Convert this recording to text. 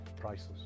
priceless